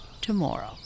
tomorrow